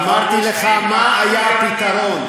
אמרתי לך מה היה הפתרון.